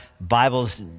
Bibles